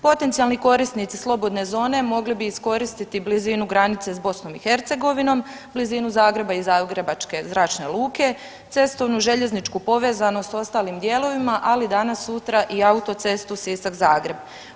Potencijalni korisnici slobodne zone mogli bi iskoristiti blizinu granice s BiH, blizinu Zagreba i zagrebačke zračne luke, cestovnu, željezničku povezanost s ostalim dijelovima ali danas sutra i autocestu Sisak – Zagreb.